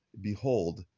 Behold